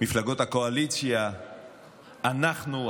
מפלגות הקואליציה, אנחנו.